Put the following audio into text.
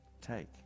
Take